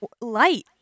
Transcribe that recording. Light